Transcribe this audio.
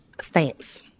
Stamps